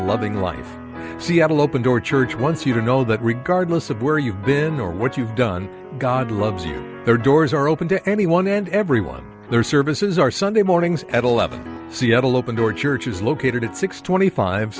loving life so you have an open door church once you don't know but regardless of where you've been or what you've done god loves you there doors are open to anyone and everyone their services are sunday mornings at eleven seattle open door church is located at six twenty five